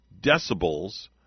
decibels